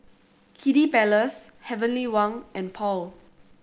Kiddy Palace Heavenly Wang and Paul